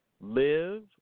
Live